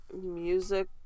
music